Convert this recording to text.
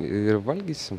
ir valgysim